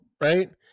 right